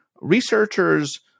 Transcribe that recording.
researchers